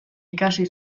ikasi